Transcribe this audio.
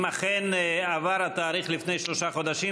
אם אכן עבר התאריך לפני שלושה חודשים,